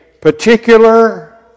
particular